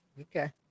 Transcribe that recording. okay